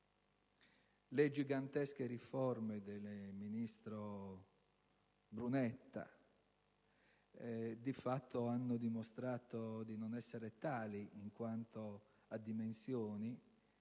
Le gigantesche riforme del ministro Brunetta di fatto hanno dimostrato di non essere tali in quanto a dimensioni